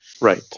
Right